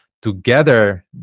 Together